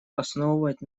основывать